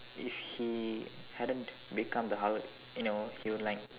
if he hadn't become the Hulk you know he would like